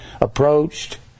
approached